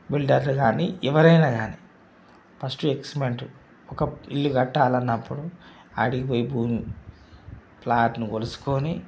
బిల్డర్లు కానీ ఎవరైన కానీ ఫస్టు ఎస్టీమెట్ ఒక ఇల్లు కట్టాలన్నప్పుడు ఆడికిపోయి భూమి ఫ్లాట్ను కొలుచుకొని